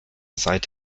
seit